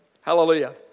Hallelujah